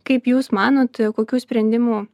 kaip jūs manot kokių sprendimų